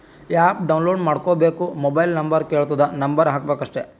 app download ಮಾಡ್ಕೋಬೇಕ್ mobile number ಕೆಳ್ತುದ್ number ಹಾಕಬೇಕ ಅಷ್ಟೇ